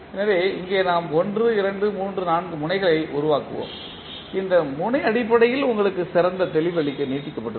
எனவே இங்கே நாம் 1 2 3 4 முனைகளை உருவாக்குவோம் இந்த முனை அடிப்படையில் உங்களுக்கு சிறந்த தெளிவு அளிக்க நீட்டிக்கப்பட்டுள்ளது